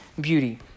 beauty